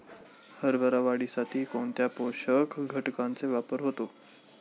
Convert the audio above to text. हरभरा वाढीसाठी कोणत्या पोषक घटकांचे वापर होतो?